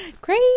Great